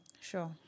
Sure